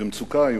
במצוקה איומה.